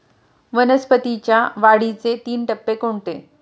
वनस्पतींच्या वाढीचे तीन टप्पे कोणते?